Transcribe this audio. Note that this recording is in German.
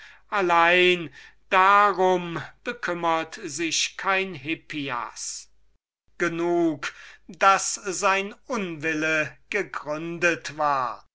allein darum bekümmert sich kein hippias genug daß sein unwille gegründet war